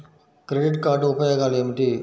Credit card ఉపయోగాలు ఏమిటి?